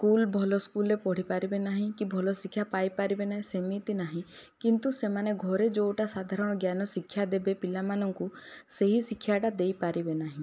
school ଭଲ school ରେ ପଢ଼ିପାରିବେ ନାହିଁ କି ଭଲ ଶିକ୍ଷା ପାଇପାରିବେ ନାହିଁ ସେମିତି ନାହିଁ କିନ୍ତୁ ସେମାନେ ଘରେ ଯେଉଁଟା ସାଧାରଣଜ୍ଞାନ ଶିକ୍ଷା ଦେବେ ପିଲାମାନଙ୍କୁ ସେହି ଶିକ୍ଷାଟା ଦେଇପାରିବେ ନାହିଁ